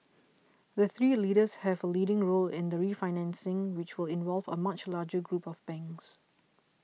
the three leaders have a leading role in the refinancing which will involve a much larger group of banks